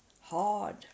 hard